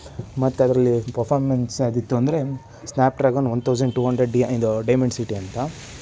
ಮತ್ತು ಅದರಲ್ಲಿ ಪರ್ಫ಼ಾರ್ಮೆನ್ಸ್ ಯಾವುದಿತ್ತು ಅಂದರೆ Snapdragon one thousand two hundred D ಇದು ಡೈಮಂಡ್ ಸಿ ಟಿ ಅಂತ